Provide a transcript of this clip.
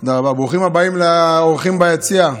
ברוכים הבאים לאורחים ביציע.